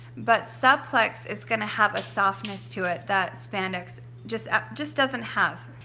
but supplex is gonna have a softness to it that spandex just up, just doesn't have.